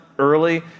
early